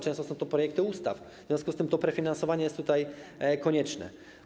Często są to projekty ustaw, w związku z czym to prefinansowanie jest tutaj konieczne.